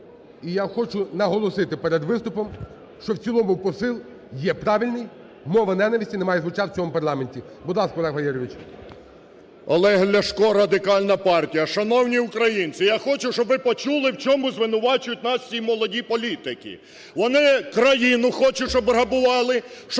Олег Ляшко, Радикальна партія. Шановні українці, я хочу, щоб ви почули, в чому звинувачують нас ці молоді політики. Вони країну хочуть щоб грабували,